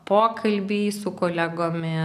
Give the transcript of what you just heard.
pokalbiai su kolegomis